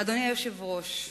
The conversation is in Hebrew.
אדוני היושב-ראש,